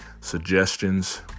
suggestions